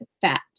fat